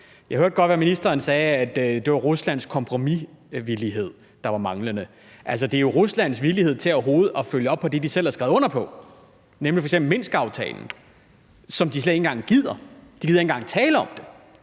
Jeg hørte godt, hvad ministeren sagde: At det var Ruslands manglende kompromisvillighed. Det er jo Ruslands villighed til overhovedet at følge op på det, de selv har skrevet under på, f.eks. Minskaftalen, som de slet ikke engang gider. De gider ikke engang tale om det.